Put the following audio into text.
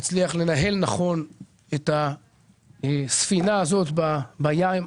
נצליח לנהל נכון את הספינה הזאת במים